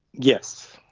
yes.